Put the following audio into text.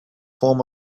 form